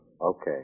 Okay